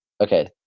Okay